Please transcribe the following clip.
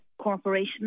corporation